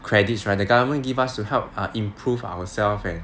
credits right the government give us to help err improve ourself and